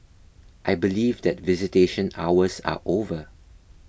I believe that visitation hours are over